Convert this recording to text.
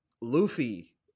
Luffy